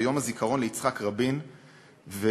ביום הזיכרון ליצחק רבין ב-1997,